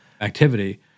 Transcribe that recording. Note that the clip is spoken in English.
activity